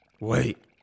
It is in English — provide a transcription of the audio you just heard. Wait